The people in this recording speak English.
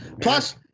plus